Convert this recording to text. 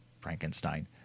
Frankenstein